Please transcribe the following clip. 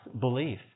belief